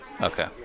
Okay